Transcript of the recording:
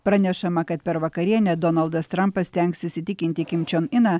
pranešama kad per vakarienę donaldas trampas stengsis įtikinti kim čion iną